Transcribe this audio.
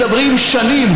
מדברים שנים,